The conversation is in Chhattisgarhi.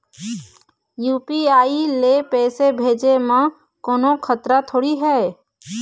यू.पी.आई ले पैसे भेजे म कोन्हो खतरा थोड़ी हे?